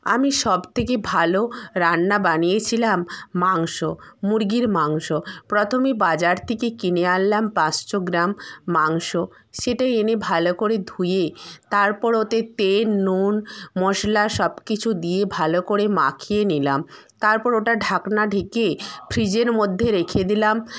আমি সবথেকে ভালো রান্না বানিয়েছিলাম মাংস মুরগির মাংস প্রথমে বাজার থেকে কিনে আনলাম পাঁচশো গ্রাম মাংস সেটাই এনে ভালো করে ধুয়ে তারপর ওতে তেল নুন মশলা সবকিছু দিয়ে ভালো করে মাখিয়ে নিলাম তারপর ওটা ঢাকনা ঢেকে ফ্রিজের মধ্যে রেখে দিলাম